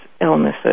illnesses